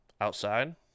Outside